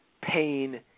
pain